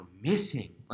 missing